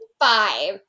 Five